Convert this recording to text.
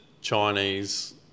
Chinese